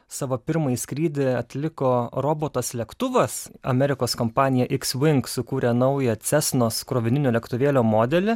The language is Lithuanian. savo pirmąjį skrydį atliko robotas lėktuvas amerikos kompanija iksvink sukūrė naują cesnos krovininio lėktuvėlio modelį